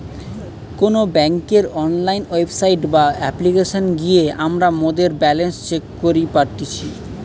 কোনো বেংকের online website বা অপ্লিকেশনে গিয়ে আমরা মোদের ব্যালান্স চেক করি পারতেছি